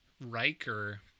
Riker